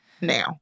now